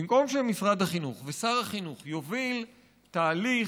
במקום שמשרד החינוך ושר החינוך יובילו תהליך